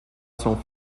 son